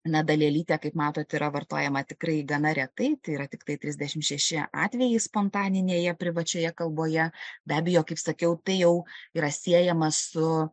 na dalelytę kaip matot yra vartojama tikrai gana retai tai yra tiktai trisdešimt šeši atvejai spontaninėje privačioje kalboje be abejo kaip sakiau tai jau yra siejama su